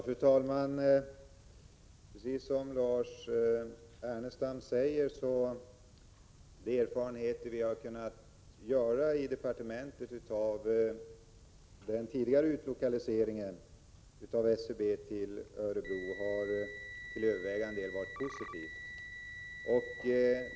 Fru talman! Precis som Lars Ernestam säger är de erfarenheter som vi har kunnat göra i departementet av den tidigare utlokaliseringen av SCB till Örebro till övervägande del positiva.